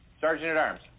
Sergeant-at-Arms